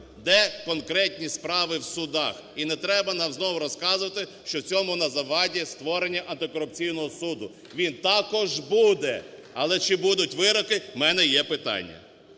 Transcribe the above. Де конкретні справи в судах? І не треба нам знов розказувати, що цьому на заваді створення Антикорупційного суду. Він також буде. Але чи будуть вироки, в мене є питання.